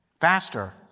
faster